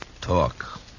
talk